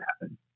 happen